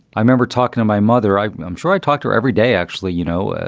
i remember talking to my mother. i i'm sure i talked to her every day, actually, you know,